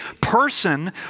person